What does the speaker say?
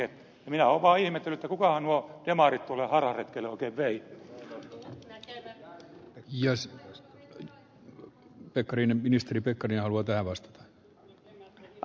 minä olen vaan ihmetellyt että kukahan nuo demarit tuolle harharetkelle opetteli le jos pekkarinen ministeri pekan ja oikein vei